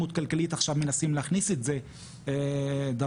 ומקשה על הרבה נשים להתמודד איתו.